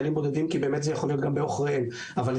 חיילים ברובם לא יכולים ללכת ולעבוד מתי שהם רוצים,